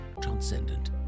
transcendent